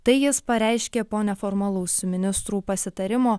tai jis pareiškė po neformalaus ministrų pasitarimo